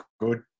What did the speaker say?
good